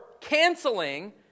canceling